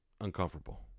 uncomfortable